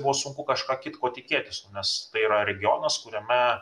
buvo sunku kažką kitko tikėtis nu nes tai yra regionas kuriame